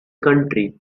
country